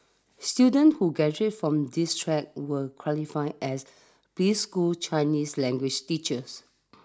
students who graduate from this track will qualify as preschool Chinese language's teachers